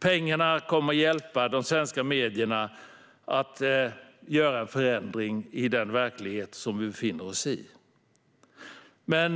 Pengarna kommer att hjälpa de svenska medierna att göra en förändring i den verklighet som vi befinner oss i.